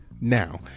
now